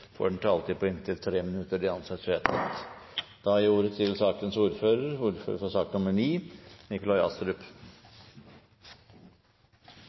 får en taletid på inntil 3 minutter. – Det anses vedtatt. Hovedmålene for norsk petroleumspolitikk er å legge til rette for